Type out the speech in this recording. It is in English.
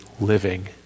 living